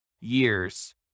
years